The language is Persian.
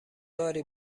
باری